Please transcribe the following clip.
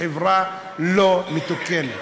בחברה לא מתוקנת.